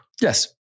Yes